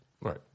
Right